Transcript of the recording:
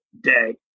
day